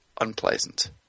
unpleasant